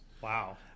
wow